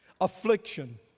affliction